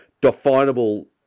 definable